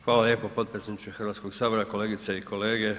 Hvala lijepo potpredsjedniče Hrvatskog sabora, kolegice i kolege.